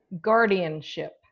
guardianship